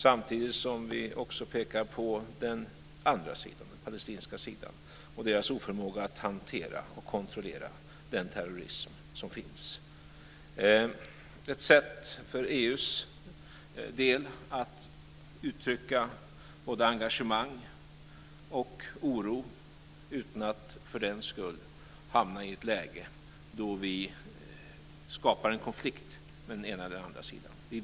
Samtidigt pekar vi på den palestinska sidan och deras oförmåga att hantera och kontrollera den terrorism som finns. Det är ett sätt för EU:s del att uttrycka både engagemang och oro utan att för den skull hamna i ett läge då vi skapar en konflikt med den ena eller andra sidan.